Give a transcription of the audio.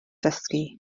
dysgu